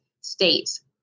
states